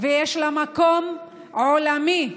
ויש לה מקום עולמי.